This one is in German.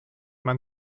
man